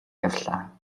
явлаа